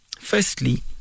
firstly